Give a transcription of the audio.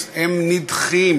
"יהודית-דמוקרטית"